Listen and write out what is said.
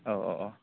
औ अ अ